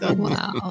Wow